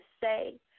say